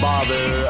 bother